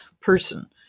person